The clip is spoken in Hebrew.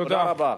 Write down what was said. תודה רבה.